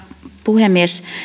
puhemies